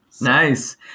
Nice